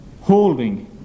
Holding